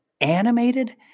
animated